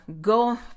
go